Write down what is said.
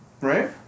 Right